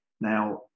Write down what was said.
Now